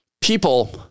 people